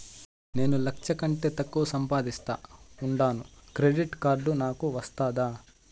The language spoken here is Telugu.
నేను లక్ష కంటే తక్కువ సంపాదిస్తా ఉండాను క్రెడిట్ కార్డు నాకు వస్తాదా